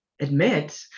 admit